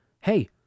Hey